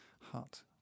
hut